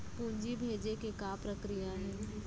पूंजी भेजे के का प्रक्रिया हे?